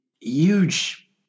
huge